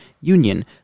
Union